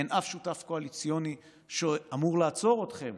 אין אף שותף קואליציוני שאמור לעצור אתכם